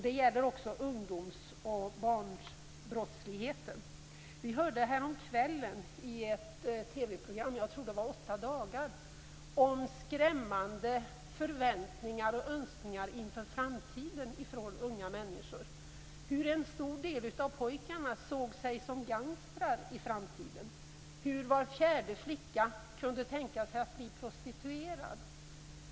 Det gäller också barn och ungdomsbrottsligheten. Vi hörde häromkvällen i ett TV-program - jag tror det var 8 dagar - om skrämmande förväntningar och önskningar inför framtiden från unga människor. En stor del av pojkarna såg sig som gangstrar i framtiden, och var fjärde flicka kunde tänka sig att bli prostituerad.